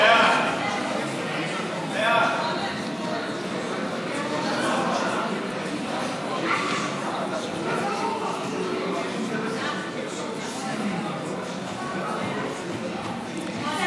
להעביר לוועדה